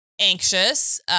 Anxious